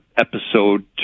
episode